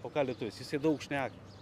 o ką lietuvis jisai daug šneka